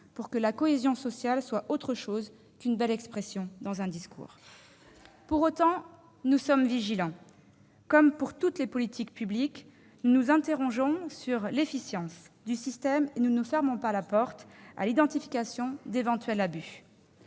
pour que la cohésion sociale soit autre chose qu'une belle expression dans un discours. Pour autant, nous sommes vigilants : comme pour toutes les politiques publiques, nous nous interrogeons sur l'efficience du système et nous ne fermons pas la porte à l'identification d'éventuels abus.